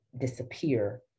disappear